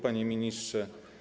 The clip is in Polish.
Panie Ministrze!